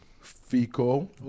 Fico